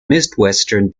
midwestern